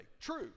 True